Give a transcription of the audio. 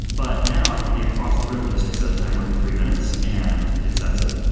but now, i can be across the room and just say set a timer for three minutes and it sets it.